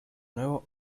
nuevo